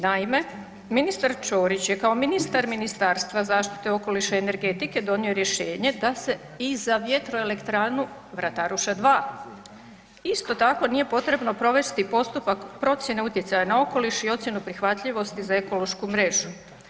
Naime, ministar Ćorić je kao ministar Ministarstva zaštita okoliša i energetike donio rješenje da se i za vjetroelektranu Vrataruša II isto tako nije potrebno provesti postupak procijene utjecaja na okoliš i ocjenu prihvatljivosti za ekološku mrežu.